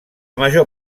major